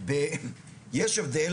בשבוע הבא